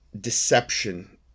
deception